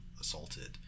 assaulted